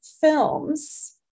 films